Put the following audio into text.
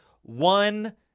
One